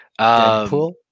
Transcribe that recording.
deadpool